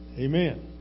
Amen